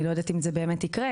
אני לא יודעת אם זה באמת יקרה,